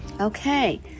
Okay